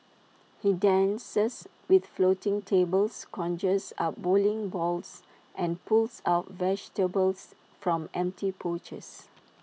he dances with floating tables conjures up bowling balls and pulls out vegetables from empty pouches